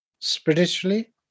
spiritually